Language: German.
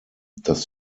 dass